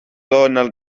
dóna